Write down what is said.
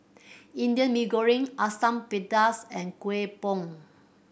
Indian Mee Goreng Asam Pedas and Kueh Bom